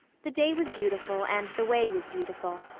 the day was beautiful and the way was beautiful.